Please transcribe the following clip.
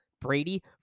brady